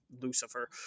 Lucifer